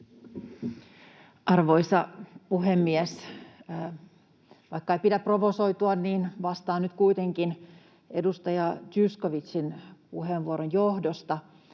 Arvoisa puhemies! Vaikka ei pidä provosoitua, niin vastaan nyt kuitenkin edustaja Zyskowiczin puheenvuoron johdosta.